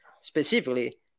specifically